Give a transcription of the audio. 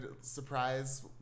surprise